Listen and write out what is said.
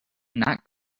not